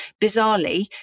Bizarrely